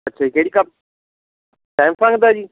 ਅੱਛਾ ਜੀ ਕਿਹੜੀ ਕੰਪਨੀ ਸੈਮਸੰਗ ਦਾ ਜੀ